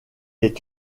est